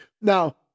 Now